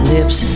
Lips